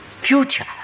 future